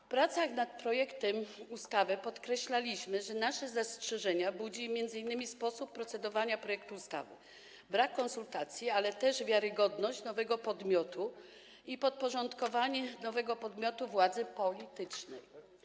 W pracach nad projektem ustawy podkreślaliśmy, że nasze zastrzeżenia budzi m.in. sposób procedowania projektu ustawy, brak konsultacji, ale też wiarygodność nowego podmiotu i podporządkowanie nowego podmiotu władzy politycznej.